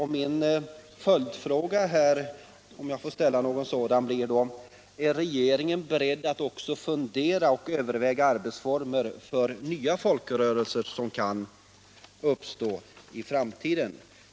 Min följdfråga blir, om jag får ställa en sådan: Är regeringen beredd att också överväga arbetsformer för nya folkrörelser som kan uppstå i framtiden?